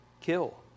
kill